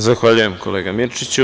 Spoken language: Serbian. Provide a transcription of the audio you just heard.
Zahvaljujem, kolega Mirčiću.